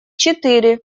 четыре